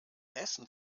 essen